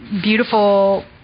beautiful